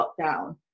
lockdown